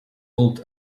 built